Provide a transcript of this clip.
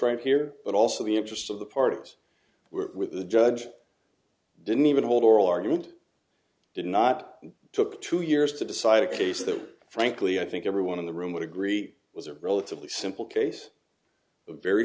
right here but also the interests of the parties were with the judge didn't even hold oral argument did not took two years to decide a case that frankly i think everyone in the room would agree was a relatively simple case a very